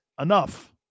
enough